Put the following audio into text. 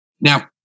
Now